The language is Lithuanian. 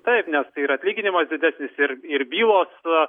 taip nes tai yra atlyginimas didesnis ir ir bylos